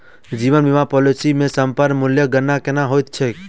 जीवन बीमा पॉलिसी मे समर्पण मूल्यक गणना केना होइत छैक?